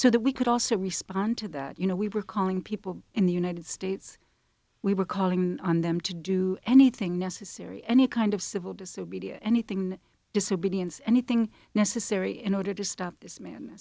so that we could also respond to that you know we were calling people in the united states we were calling on them to do anything necessary any kind of civil disobedience anything disobedience anything necessary in order to stop this ma